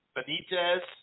Benitez